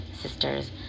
sisters